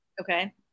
Okay